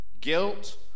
guilt